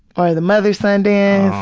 or the mother-son dance?